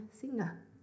singer